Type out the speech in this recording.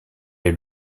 est